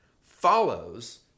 follows